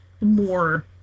more